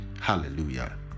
hallelujah